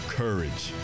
courage